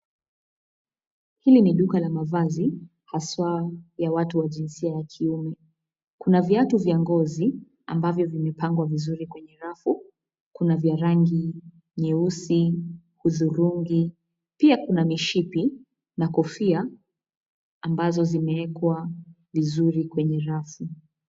Hili ni duka la mavazi, haswaa, ya watu wa jinsia ya kiume. Kuna viatu vya ngozi, ambavyo vimepangwa vizuri kwenye rafu, kuna vya rangi nyeusi, hudhurungi, pia kuna mishipi, na kofia, ambazo zimeekwa vizuri kwenye rafu.